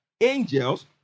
Angels